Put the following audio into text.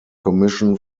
commission